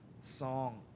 song